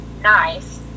nice